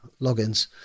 logins